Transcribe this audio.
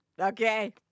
Okay